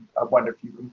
ah wonder if you've, ah,